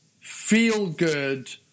feel-good